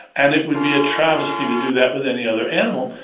and it would be a travesty to do that with any other animal,